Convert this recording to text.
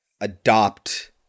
adopt